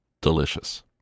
Delicious